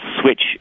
switch